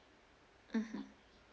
mmhmm